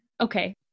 Okay